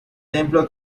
templo